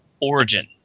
Origin